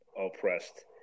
oppressed